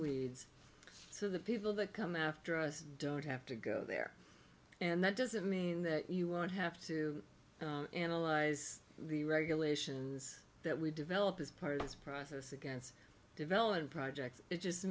weeds so the people that come after us don't have to go there and that doesn't mean that you won't have to analyze the regulations that we develop as part of this process against develop